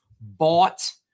bought